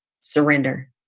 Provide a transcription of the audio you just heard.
Surrender